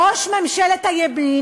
ראש ממשלת הימין,